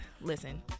Listen